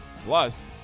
Plus